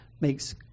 makes